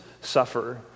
suffer